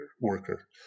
worker